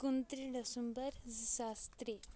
کُنہٕ تٕرٛہ ڈٮ۪سَمبَر زٕ ساس ترٛےٚ